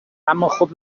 اماخب